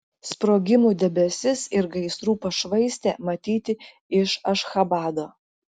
sprogimų debesis ir gaisrų pašvaistė matyti iš ašchabado